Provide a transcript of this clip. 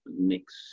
mix